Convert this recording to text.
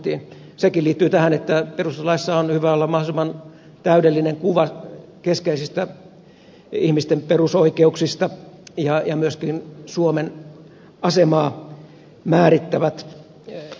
sekin liittyy tähän että perustuslaissa on hyvä olla mahdollisimman täydellinen kuva keskeisistä ihmisten perusoikeuksista ja myöskin suomen asemaa määrittävät kirjaukset